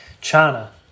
China